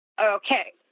okay